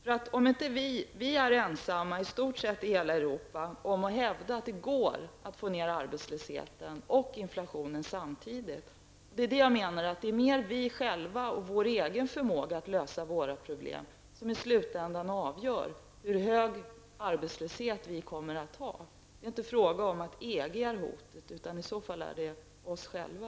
Vi är i stort sett ensamma i hela Europa om att hävda att det går att få ner arbetslösheten och inflationen samtidigt. Där menar jag att det är vi själva och vår förmåga att lösa våra problem som i slutändan avgör hur hög arbetslöshet vi kommer att ha. Det är inte fråga om att EG skulle vara ett hot, utan det hela beror på oss själva.